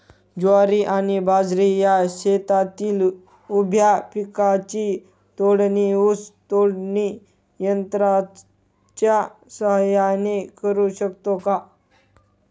ज्वारी आणि बाजरी या शेतातील उभ्या पिकांची तोडणी ऊस तोडणी यंत्राच्या सहाय्याने करु शकतो का?